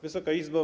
Wysoka Izbo!